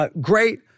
great